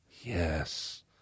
Yes